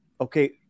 okay